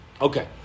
Okay